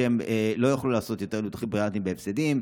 שהם לא יוכלו יותר לבצע ניתוחים בריאטריים בהפסדים,